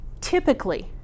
typically